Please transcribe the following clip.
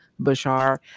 Bashar